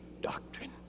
doctrine